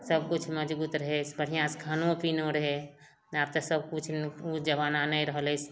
सबकुछ मजगुत रहै बढ़ियाँ सँ खानाे पिनाे रहै आब तऽ सबकुछ उ जबाना नै रहलै